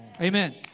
Amen